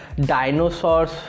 dinosaurs